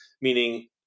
meaning –